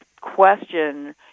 question